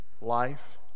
life